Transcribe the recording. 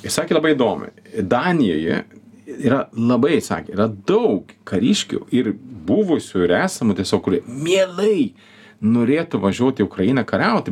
jie sakė labai įdomiai danijoje yra labai sakė yra daug kariškių ir buvusių ir esamų tiesiog kurie mielai norėtų važiuot į ukrainą kariauti